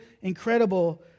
incredible